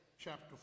chapter